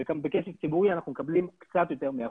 ובכסף ציבורי אנחנו מקבלים קצת יותר מ-1%.